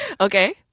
Okay